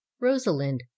Rosalind